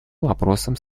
вопросам